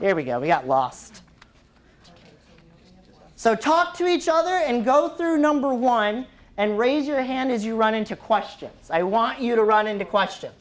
there we go we got lost so talk to each other and go through number one and raise your hand as you run into questions i want you to run into question